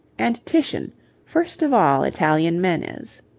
and titian first of all italian men is